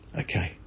okay